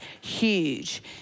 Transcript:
huge